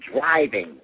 driving